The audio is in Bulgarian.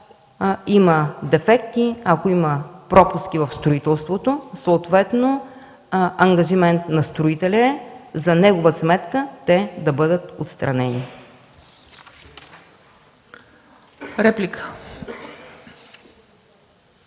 ако има дефекти, ако има пропуски в строителството, съответно ангажимент на строителя е за негова сметка те да бъдат отстранени.